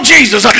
Jesus